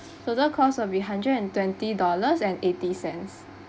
total cost will be hundred and twenty dollars and eighty cents